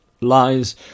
lies